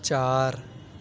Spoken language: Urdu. چار